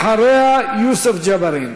אחריה, יוסף ג'בארין,